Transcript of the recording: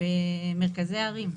במרכזי ערים.